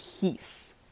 peace